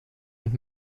und